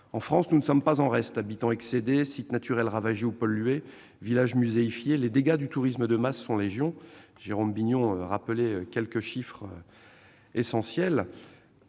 En France, nous ne sommes pas en reste : habitants excédés, sites naturels ravagés ou pollués, villages muséifiés ... Les dégâts du tourisme de masse sont légion. Je ne reprendrai qu'un seul des chiffres essentiels